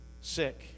sick